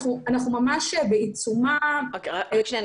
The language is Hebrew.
אנחנו ממש בעיצומם --- רק שנייה,